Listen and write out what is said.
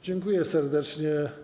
Dziękuję serdecznie.